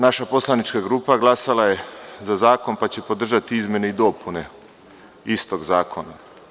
Naša poslanička grupa glasala je za zakon, pa će podržati i izmene i dopune istog zakona.